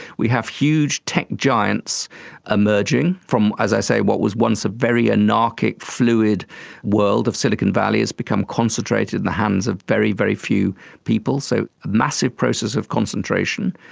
we have huge tech giants emerging from, as i say, what was once a very anarchic, fluid world of silicon valley has become concentrated in the hands of very, very few people, so a massive process of concentration.